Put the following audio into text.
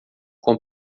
com